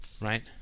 right